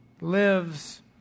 lives